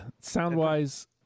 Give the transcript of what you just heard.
sound-wise